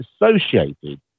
associated